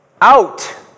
Out